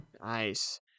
Nice